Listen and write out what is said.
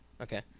Okay